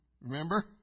Remember